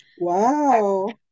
Wow